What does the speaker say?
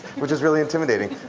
which is really intimidating,